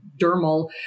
dermal